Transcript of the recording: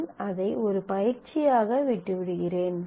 நான் அதை ஒரு பயிற்சியாக விட்டுவிடுகிறேன்